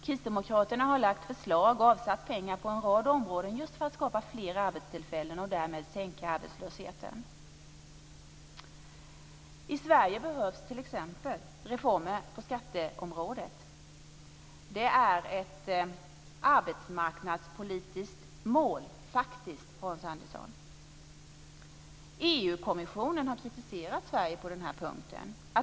Kristdemokraterna har lagt fram förslag och avsatt pengar på en rad områden, just för att skapa fler arbetstillfällen och därmed sänka arbetslösheten. I Sverige behövs t.ex. reformer på skatteområdet. Det är faktiskt ett arbetsmarknadspolitiskt mål, Hans Andersson. EU-kommissionen har kritiserat Sverige på den punkten.